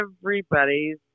everybody's